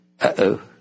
Uh-oh